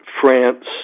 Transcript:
France